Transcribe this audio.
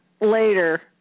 later